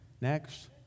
Next